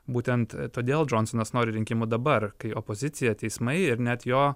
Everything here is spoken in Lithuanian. būtent todėl džonsonas nori rinkimų dabar kai opozicija teismai ir net jo